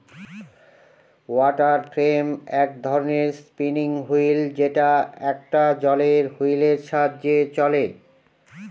water frame এক ধরনের spinning wheel যেটা একটা জলের হুইলের সাহায্যে চলে